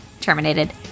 terminated